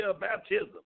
baptism